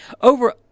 over